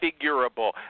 configurable